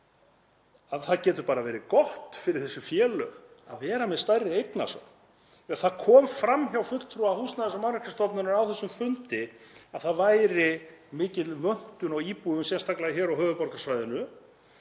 getur það verið gott fyrir þessi félög að vera með stærri eignasöfn. Það kom fram hjá fulltrúa Húsnæðis- og mannvirkjastofnunar á þessum fundi að það væri mikil vöntun á íbúðum, sérstaklega hér á höfuðborgarsvæðinu,